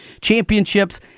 Championships